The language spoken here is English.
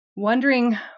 wondering